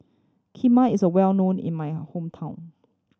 kheema is well known in my hometown